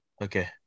Okay